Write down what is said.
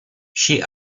she